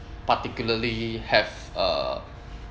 particularly have uh